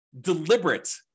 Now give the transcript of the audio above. deliberate